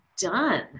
done